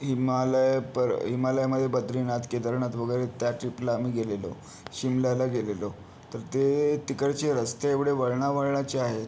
हिमालय पर हिमालयामध्ये बद्रीनाथ केदारनाथ वगैरे त्या ट्रीपला आम्ही गेलेलो शिमल्याला गेलेलो तर ते तिकडचे रस्ते एवढे वळणावळणाचे आहेत